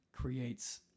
creates